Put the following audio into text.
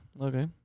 Okay